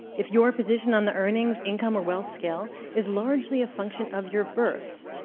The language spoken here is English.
if your position on the earnings, income, or wealth scale is largely a function of your birth,